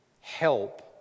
help